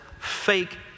fake